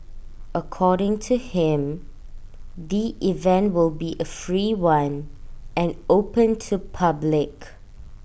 according to him the event will be A free one and open to public